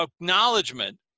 acknowledgement